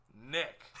Nick